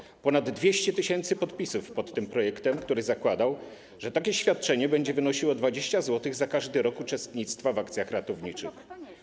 Złożono ponad 200 tys. podpisów pod tym projektem, który zakładał, że takie świadczenie będzie wynosiło 20 zł za każdy rok uczestnictwa w akcjach ratowniczych.